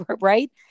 right